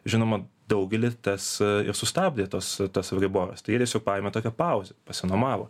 žinoma daugelį tas ir sustabdė tos tas euriboras tai tiesiog paėmė tokią pauzę pasinuomavo